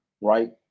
Right